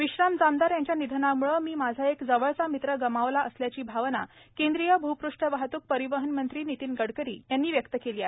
विश्राम जामदार यांच्या निधनामुळे मी माझा एक जवळचा मित्र गमावला असल्याची भावना केंद्रीय भूपृष्ठ वाहतूक परिवहन आणि एमएसएमई मंत्री नितीन गडकरी यांनी व्यक्त केली आहे